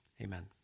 Amen